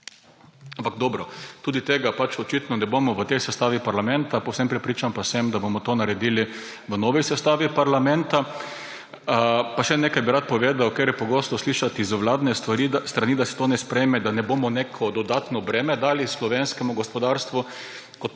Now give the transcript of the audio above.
Ampak dobro, tudi tega očitno ne bomo v tej sestavi parlamenta. Povsem prepričan pa sem, da bomo to naredili v novi sestavi parlamenta. Pa še nekaj bi rad povedal, ker je pogosto slišati z vladne strani, da se to ne sprejme, da ne bomo nekega dodatnega bremena dali slovenskemu gospodarstvu